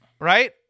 Right